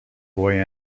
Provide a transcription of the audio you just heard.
boy